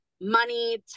money